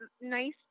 nice